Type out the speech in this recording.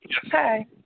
Hi